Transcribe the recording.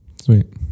Sweet